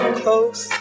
close